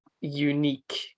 unique